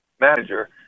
manager